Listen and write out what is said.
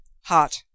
hot